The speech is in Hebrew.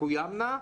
תקוימנה,